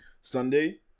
Sunday